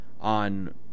on